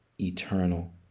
Eternal